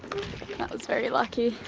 that was very lucky.